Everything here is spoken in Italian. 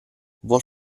vuol